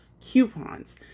coupons